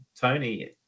Tony